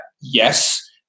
yes